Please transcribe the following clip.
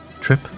Trip